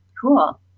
Cool